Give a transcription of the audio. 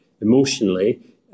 emotionally